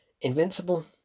invincible